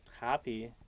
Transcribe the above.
happy